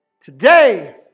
today